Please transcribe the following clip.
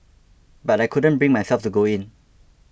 but I couldn't bring myself to go in